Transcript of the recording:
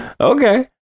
okay